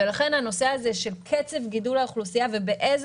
לכן הנושא של קצב גידול האוכלוסייה ובאילו